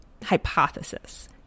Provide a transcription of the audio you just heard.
Hypothesis